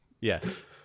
yes